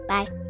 Bye